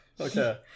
Okay